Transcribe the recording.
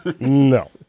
No